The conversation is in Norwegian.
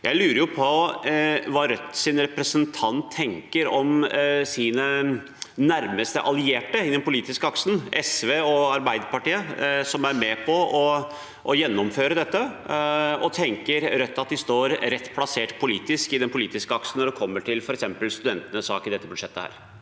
Jeg lurer på hva Rødts representant tenker om sine nærmeste allierte i den politiske aksen, SV og Arbeiderpartiet, som er med på å gjennomføre dette. Tenker Rødt at de står rett plassert politisk på den politiske aksen når det kommer til f.eks. studentenes sak i dette budsjettet?